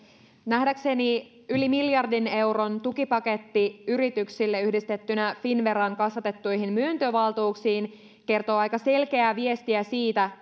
nähdäkseni yli miljardin euron tukipaketti yrityksille yhdistettynä finnveran kasvatettuihin myöntövaltuuksiin kertoo aika selkeää viestiä siitä